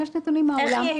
יש נתונים מהעולם.